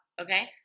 Okay